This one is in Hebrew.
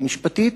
המשפטית,